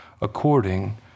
according